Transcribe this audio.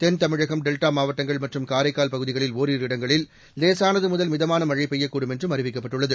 தென்தமிழகம் delta மாவட்டங்கள் மற்றும் காரைக்கால் பகுதிகளில் ஓரிரு இடங்களில லேசானது முதல் மிதமான மழை பெய்யக்கூடும் என்றும் அறிவிக்கப்பட்டுள்ளது